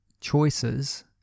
choices